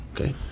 Okay